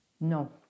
No